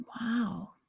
Wow